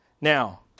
Now